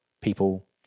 people